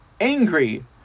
angry